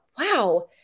wow